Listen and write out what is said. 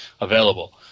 available